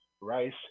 rice